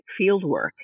fieldwork